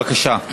בבקשה.